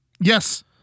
Yes